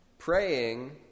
Praying